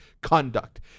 conduct